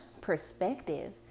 perspective